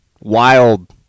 wild